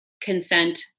consent